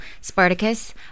Spartacus